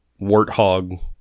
warthog